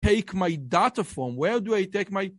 מאיפה אקבל את הדאטה שלי? מאיפה אקבל את הדאטה שלי?